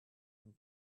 and